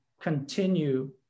continue